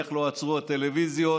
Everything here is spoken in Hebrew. איך לא עצרו הטלוויזיות